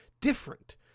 different